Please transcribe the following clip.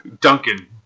Duncan